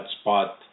spot